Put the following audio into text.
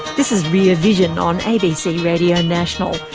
this is rear vision on abc radio national.